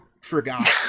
forgot